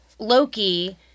Loki